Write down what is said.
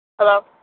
Hello